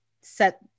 set